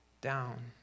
down